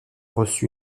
reçu